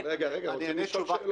ולא הייתי נכנס אליהם.